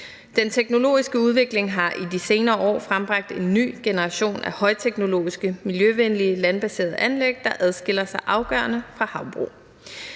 Den teknologiske udvikling har i de senere år frembragt en ny generation af højteknologiske, miljøvenlige, landbaserede anlæg, der adskiller sig afgørende fra havbrug.